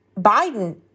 Biden